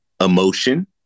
emotion